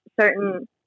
certain